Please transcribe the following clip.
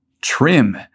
trim